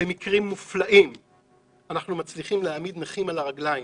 במקרים מופלאים אנחנו מצליחים להעמיד נכים על הרגליים